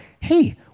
hey